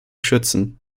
schützen